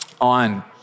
on